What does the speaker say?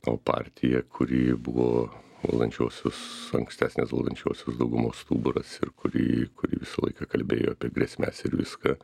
o partija kuri buvo valdančiosios ankstesnės valdančiosios daugumos stuburas ir kuri kuri visą laiką kalbėjo apie grėsmes ir viską